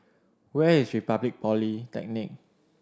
where is Republic Polytechnic